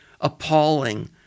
appalling